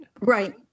Right